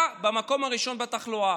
אתה במקום הראשון בתחלואה.